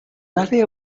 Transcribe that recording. área